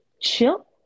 chill